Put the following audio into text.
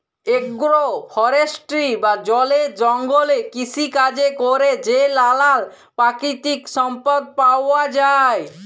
agro forestry বা বলে জঙ্গলে কৃষিকাজে ক্যরে যে লালাল পাকিতিক সম্পদ পাউয়া যায়